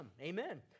Amen